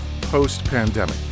post-pandemic